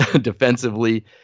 defensively